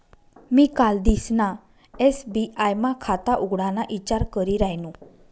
मी कालदिसना एस.बी.आय मा खाता उघडाना ईचार करी रायनू